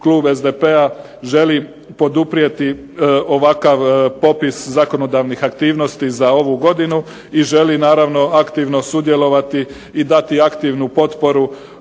Klub SDP-a želi poduprijeti ovakav popis zakonodavnih aktivnosti za ovu godinu i želi naravno aktivno sudjelovati i dati aktivnu potporu